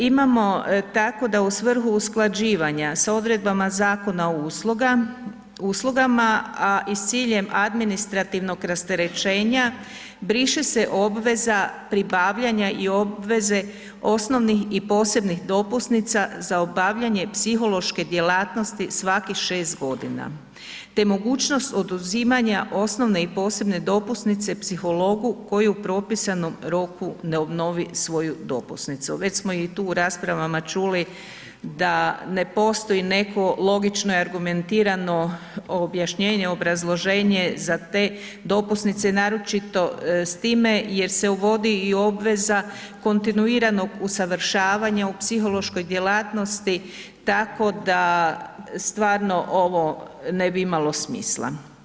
Imamo tako da u svrhu usklađivanja sa odredbama Zakona o uslugama, a i s ciljem administrativnog rasterećenja briše se obveza pribavljanja i obveze osnovnih i posebnih dopusnica za obavljanje psihološke djelatnosti svakih 6.g., te mogućnost oduzimanja osnovne i posebne dopusnice psihologu koji u propisanom roku ne obnovi svoju dopusnicu, već smo i tu u raspravama čuli da ne postoji neko logično i argumentirano objašnjenje, obrazloženje za te dopusnice naročito s time jer se uvodi i obveza kontinuiranog usavršavanja u psihološkoj djelatnosti tako da stvarno ovo ne bi imalo smisla.